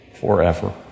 forever